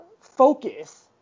focus